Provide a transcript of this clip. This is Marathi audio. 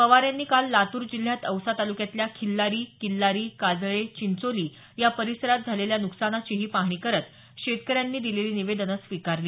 पवार यांनी काल लातूर जिल्ह्यात औसा तालुक्यातल्या खिल्लारी किल्लारी काजळे चिंचोली या परिसरात झालेल्या नुकसानाचीही पाहणी करत शेतकऱ्यांनी दिलेली निवेदनं स्वीकारली